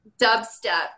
dubstep